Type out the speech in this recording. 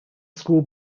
school